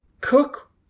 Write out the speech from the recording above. Cook